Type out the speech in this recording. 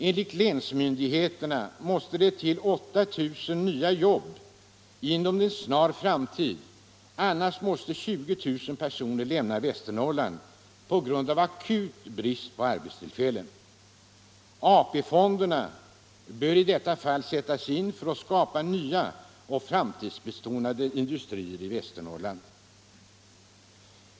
Enligt länsmyndigheterna måste det till 8 000 nya jobb inom en snar framtid, annars måste 20000 personer lämna Västernorrland på grund av akut brist på arbetstillfällen. AP-fonderna bör i detta fall sättas in för att skapa nya och framtidsbetonade industrier i Västernorrland.